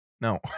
No